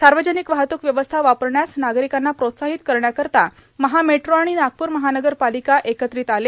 सार्वजनिक वाहतूक व्यवस्था वापरण्यास नागरिकांना प्रोत्साहित करण्याकरता महा मेट्रो आणि नागपूर महानगर पालिका एकत्रित आले